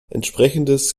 entsprechendes